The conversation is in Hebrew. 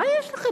מה יש לכם?